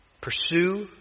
pursue